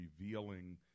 revealing